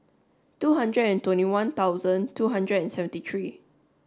two hundred and twenty one thousand two hundred and seventy three